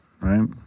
Right